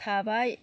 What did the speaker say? थाबाय